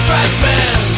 Freshman